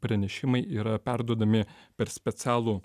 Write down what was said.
pranešimai yra perduodami per specialų